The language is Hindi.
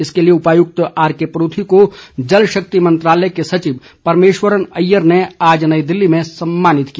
इसके लिए उपायुक्त आरके परूथी को जल शक्ति मंत्रालय के सचिव परमेश्वरन अय्यर ने आज नई दिल्ली में सम्मानित किया